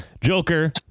Joker